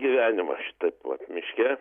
gyvenimą šitaip vat miške